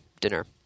dinner